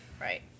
Right